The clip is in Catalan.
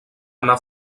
anar